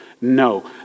no